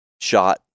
shot